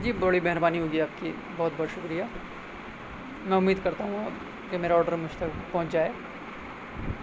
جی بڑی مہربانی ہوگی آپ کی بہت بہت شکریہ میں امید کرتا ہوں کہ میرا آرڈر مجھ تک پہنچ جائے